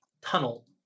tunnel